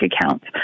accounts